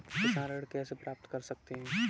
किसान ऋण कैसे प्राप्त कर सकते हैं?